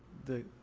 the